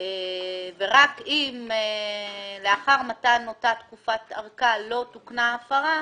ורק אם לאחר מתן אותה תקופת ארכה לא תוקנה ההפרה,